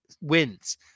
wins